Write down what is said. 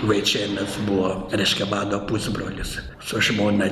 vaičėnas buvo reiškia mano pusbrolis su žmona